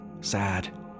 Sad